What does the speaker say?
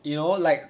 you know like